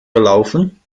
gelaufen